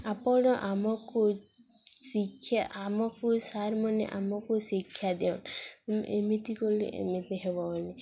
ଆପଣ ଆମକୁ ଶିକ୍ଷା ଆମକୁ ସାର୍ମାନେ ଆମକୁ ଶିକ୍ଷା ଦିଅନ୍ ଏମିତି କଲେ ଏମିତି ହେବନି